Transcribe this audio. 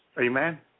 Amen